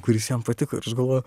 kuris jam patiko ir aš galvoju